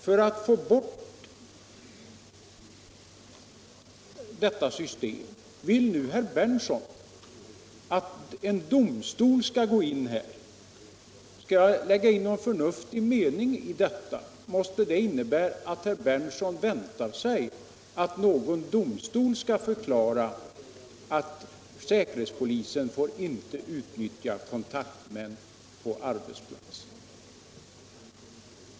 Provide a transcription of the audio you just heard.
För aw få bort detta system vill nu herr Berndtson att en domstol skall gå in i detta fall. Skall jag lägga in någon förnuftig meninp iI detta måste det innebära att herr Berndtson väntar sig att någon domstol skall förklara att säkerhetspolisen inte får utnyttja kontaktmän på arbetsplatserna.